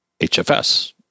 HFS